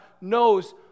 knows